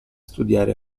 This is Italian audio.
studiare